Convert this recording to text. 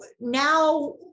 now